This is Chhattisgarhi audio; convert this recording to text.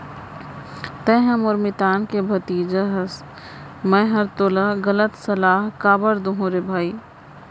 तैंहर मोर मितान के भतीजा हस मैंहर तोला गलत सलाव काबर दुहूँ रे भई